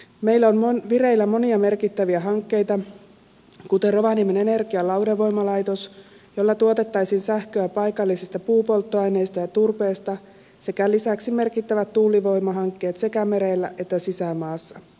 meillä on vireillä monia merkittäviä hankkeita kuten rovaniemen energian lauhdevoimalaitos jolla tuotettaisiin sähköä paikallisista puupolttoaineista ja turpeesta sekä lisäksi merkittävät tuulivoimahankkeet sekä merellä että sisämaassa